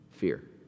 fear